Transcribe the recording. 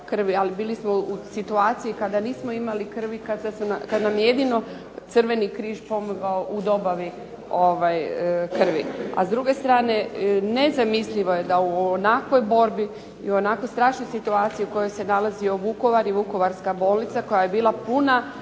ali bili smo u situaciji kada nismo imali krvi, kad nam je jedino Crveni križ pomogao u dobavi krvi. A s druge strane, nezamislivo je da u onakvoj borbi i u onako strašnoj situaciji u kojoj se nalazio Vukovar i vukovarska bolnica koja je bila puna